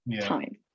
time